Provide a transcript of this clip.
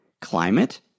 climate